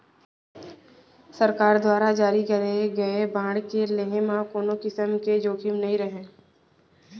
सरकार दुवारा जारी करे गए बांड के लेहे म कोनों किसम के जोखिम नइ रहय